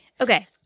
Okay